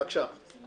בבקשה.